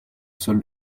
seul